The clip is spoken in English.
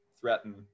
threaten